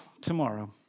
tomorrow